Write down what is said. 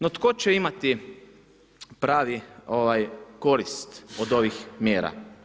No tko će imati pravi korist od ovih mjera?